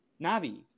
Navi